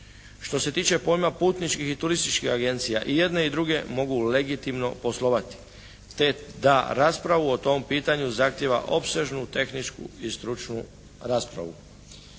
Što se tiče pojma putničkih i turističkih agencija. I jedne i druge mogu legitimno poslovati, te da raspravu o tom pitanju zahtjeva opsežnu tehničku i stručnu raspravu.